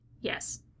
yes